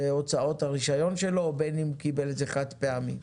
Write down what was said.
בהוצאות הרישיון שלו ובין אם הוא קיבל את זה חד פעמי.